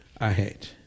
ahead